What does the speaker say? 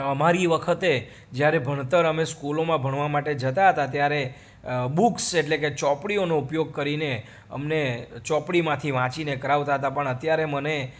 અમારી વખતે જ્યારે ભણતર અમે સ્કૂલોમાં ભણવા માટે જતા હતા ત્યારે બુક્સ એટલે કે ચોપડીઓનો ઉપયોગ કરીને અમને ચોપડીમાંથી વાંચીને કરાવતા હતા પણ અત્યારે મને